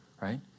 right